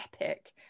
epic